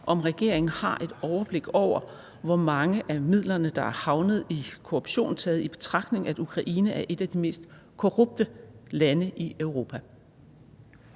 om regeringen har et overblik over, hvor mange af midlerne der er havnet i korruption taget i betragtning, at Ukraine er et af de mest korrupte lande i Europa?